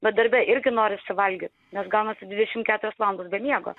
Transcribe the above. bet darbe irgi norisi valgyt nes gaunasi dvidešimt keturios valandos be miego